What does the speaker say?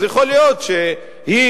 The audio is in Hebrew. יכול להיות שהיא,